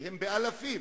והם באלפים?